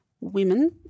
women